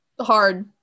hard